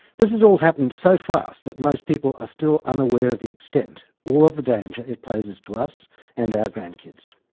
this has all happened so fast that most people are still unaware of the extent, or of the danger it poses to us and our grandkids.